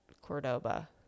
Cordoba